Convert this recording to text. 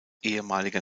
ehemaliger